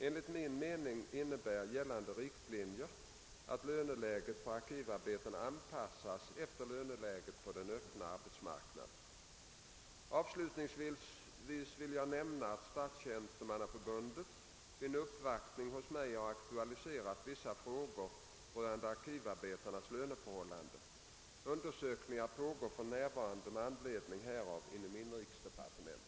Enligt min mening innebär gällande riktlinjer att löneläget för arkivarbetare anpassas efter löneläget på den öppna arbetsmarknaden. Avslutningsvis vill jag nämna att Statstjänstemannaförbundet vid en uppvaktning hos mig har aktualiserat vissa frågor rörande arkivarbetarnas löneförhållanden. Undersökningar pågår för närvarande med anledning härav inom inrikesdepartementet.